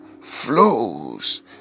flows